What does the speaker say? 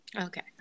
Okay